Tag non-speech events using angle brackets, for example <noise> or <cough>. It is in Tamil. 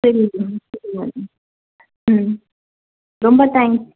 <unintelligible> ம் ரொம்ப தேங்க்ஸ்